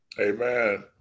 Amen